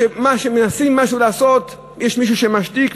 כשמנסים לעשות משהו יש מישהו שמשתיק,